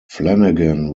flanagan